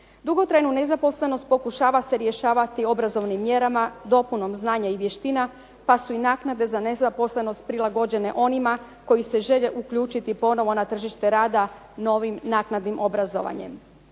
Dugotrajnu nezaposlenost pokušava se rješavati obrazovnim mjerama, dopunom znanja i vještina pa su i naknade za nezaposlenost prilagođene onima koji se žele uključiti ponovno na tržište rada novim naknadnim obrazovanjem.